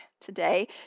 today